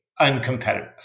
uncompetitive